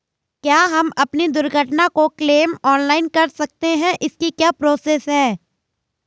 क्या हम अपनी दुर्घटना का क्लेम ऑनलाइन कर सकते हैं इसकी क्या प्रोसेस है?